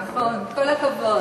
נכון, כל הכבוד.